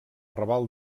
raval